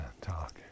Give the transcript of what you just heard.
talk